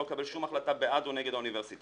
לא לקבל שום החלטה בעד או נגד האוניברסיטה.